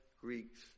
Greeks